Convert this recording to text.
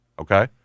okay